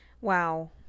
Wow